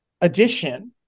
addition